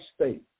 state